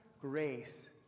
grace